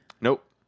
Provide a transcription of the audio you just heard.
Nope